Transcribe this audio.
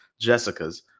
Jessicas